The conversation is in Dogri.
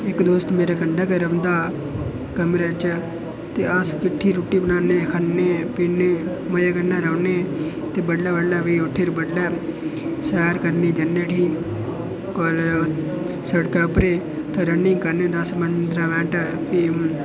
इक दोस्त मेरे कन्नै गै रौंह्दा कमरे च ते अस किट्ठी रुट्टी बनान्ने खन्नें ते किन्ने मजे कन्नै रौह्न्नें ते बडलै बडलै भी उट्ठियै बडलै सैर करने गी जन्ने उठी होर शिड़कै उप्परे ई रनिंग करने दस्स मिंट पंदरां मिंट ते